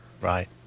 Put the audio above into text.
Right